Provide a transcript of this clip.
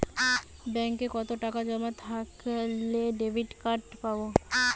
ব্যাঙ্কে কতটাকা জমা থাকলে ডেবিটকার্ড পাব?